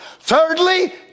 Thirdly